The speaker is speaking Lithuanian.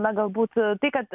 na galbūt tai kad